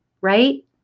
right